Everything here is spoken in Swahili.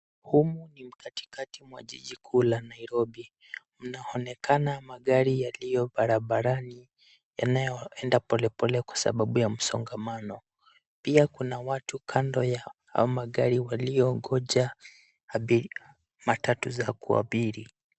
Humu ni katikati mwa jiji kuu la Nairobi. Mnaonekana magari yaliyo barabarani yanayoenda polepole kwa sababu ya msongamano. Pia kuna watu kando ya haya magari walioongoja matatu za kuabiri.